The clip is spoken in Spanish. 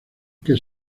que